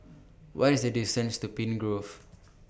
What IS The distance to Pine Grove